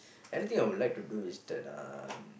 anything I would like to do is that um